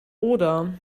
oder